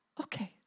okay